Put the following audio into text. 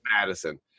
Madison